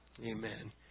amen